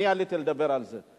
עליתי לדבר על זה.